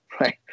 right